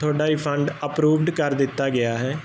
ਤੁਹਾਡਾ refund approved ਕਰ ਦਿੱਤਾ ਗਿਆ ਹੈ